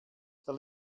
der